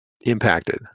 impacted